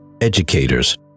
Educators